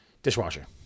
Dishwasher